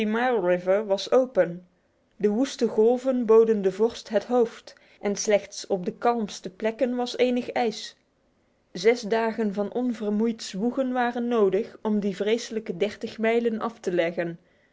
river was open de woeste golven boden de vorst het hoofd en slechts op de kalmste plekken was enig ijs zes dagen van onvermoeid zwoegen waren nodig om die vreselijke dertig mijlen af te leggen